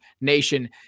Nation